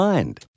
Mind